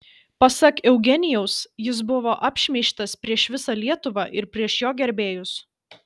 pasak eugenijaus jis buvo apšmeižtas prieš visą lietuvą ir prieš jo gerbėjus